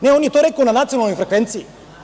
Ne, on je to rekao na nacionalnoj frekvenciji.